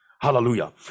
hallelujah